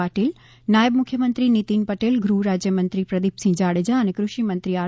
પાટિલ નાયબ મુખ્યમંત્રી નિતિનભાઈ પટેલ ગૃહ રાજ્યમંત્રી પ્રદીપસિંહ જાડેજા અને કૃષિ મંત્રી આર